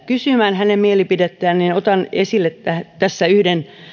kysymään hänen mielipidettään niin otan esille tässä yhden